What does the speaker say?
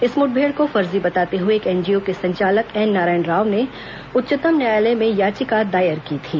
इस मुठभेड़ को फर्जी बताते हुए एक एनजीओ के संचालक एन नारायण राव ने उच्चतम न्यायालय में याचिका दायर की थी